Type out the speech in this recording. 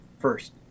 First